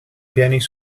piani